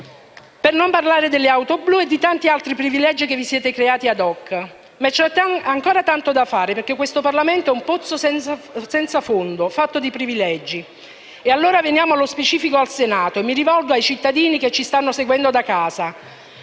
Non parliamo poi delle auto blu e dei tanti altri privilegi che vi siete creati *ad hoc*. Ma c'è tanto ancora da fare, perché questo Parlamento è un pozzo senza fondo, fatto di privilegi. E allora veniamo nello specifico al Senato, e mi rivolgo ai cittadini che ci seguono da casa.